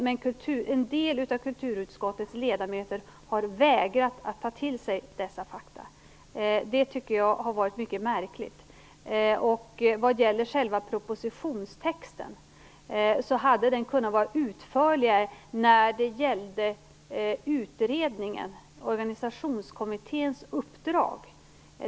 Men en del av kulturutskottets ledamöter har vägrat att ta till sig dessa fakta. Det tycker jag är mycket märkligt. Själva propositionstexten hade kunnat vara utförligare när det gäller organiationskommitténs uppdrag.